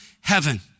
heaven